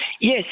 Yes